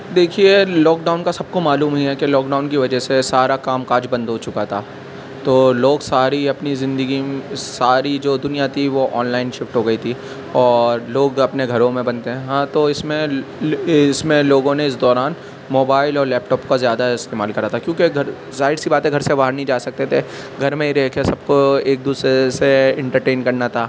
دیکھئے lockdown کا سب کو معلوم ہی ہے کہ لاک ڈاؤن کی وجہ سے سارا کام کاج بند ہو چکا تھا تو لوگ ساری اپنی زندگی ساری جو دنیا تھی وہ آنلائن شفٹ ہو گئی تھی اور لوگ اپنے گھروں میں بند تھے ہاں تو اس میں اس میں لوگوں نے اس دوران موبائل اور لیپ ٹاپ کا زیادہ استعمال کرا تھا کیونکہ گھر ظاہر سی بات ہے گھر سے باہر نہیں جا سکتے تھے گھر میں ہی رہ کے سب کو ایک دوسرے سے انٹرٹین کرنا تھا